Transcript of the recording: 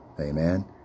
Amen